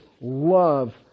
love